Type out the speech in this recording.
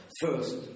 First